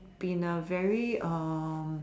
been a very um